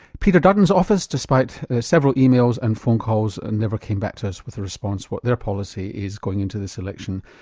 peter dutton's office, despite several emails and phone calls, and never came back to us with a response what their policy is going into this election,